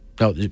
No